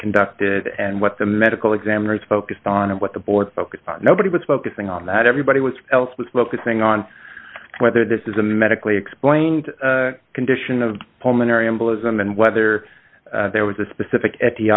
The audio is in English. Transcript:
conducted and what the medical examiner is focused on and what the board's focus nobody was focusing on that everybody was else was focusing on whether this is a medically explained condition of pulmonary embolism and whether there was a specific at the